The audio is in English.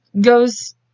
goes